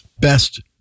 best